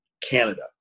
Canada